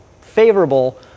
favorable